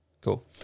Cool